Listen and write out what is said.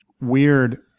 weird